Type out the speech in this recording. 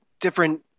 different